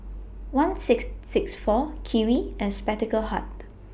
one six six four Kiwi and Spectacle Hut